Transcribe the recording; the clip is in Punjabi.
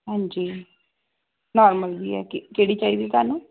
ਹਾਂਜੀ ਨਾਰਮਲ ਵੀ ਹੈਗੀ ਕਿਹੜੀ ਚਾਹੀਦੀ ਤੁਹਾਨੂੰ